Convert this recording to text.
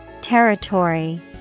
Territory